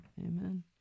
amen